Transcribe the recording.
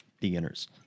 beginners